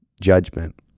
judgment